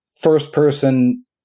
first-person